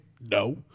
No